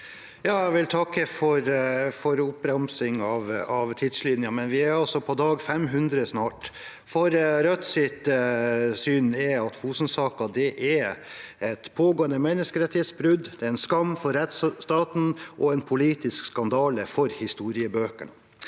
Jeg vil takke for opp- ramsingen av tidslinjen, men vi er altså snart på dag nummer 500. Rødts syn er at Fosen-saken er et pågående menneskerettighetsbrudd, en skam for rettsstaten og en politisk skandale for historiebøkene.